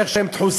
איך הם דחוסים.